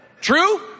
True